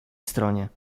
stronie